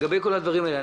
לגבי כל הדברים האלה,